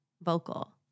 vocal